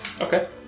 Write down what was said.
Okay